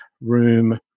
Room